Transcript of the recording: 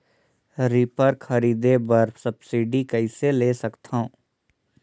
Reaper खरीदे बर subsidy कइसे ले सकथव?